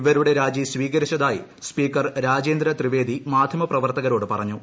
ഇവരുടെ രാജി സ്വീകരിച്ചതായി സ്പീക്കർ രാജേന്ദ്ര ത്രിവേദി മാധ്യമപ്രവർത്തകരോട് പറഞ്ഞു